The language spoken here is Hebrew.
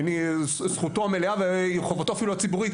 זכותו המלאה וחובתו אפילו הציבורית,